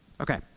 Okay